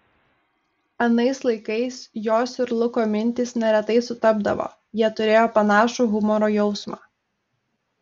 anais laikais jos ir luko mintys neretai sutapdavo jie turėjo panašų humoro jausmą